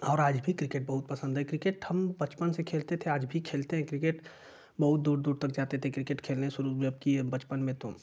और आज भी क्रिकेट बहुत पसंद है क्रिकेट हम बचपन से खेलते थे आज भी खेलते हैं क्रिकेट बहुत दूर दूर तक जाते थे क्रिकेट खेलने शुरू जब किये बचपन में तो